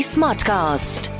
Smartcast